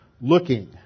looking